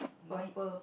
purple